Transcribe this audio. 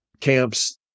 camps